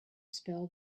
spell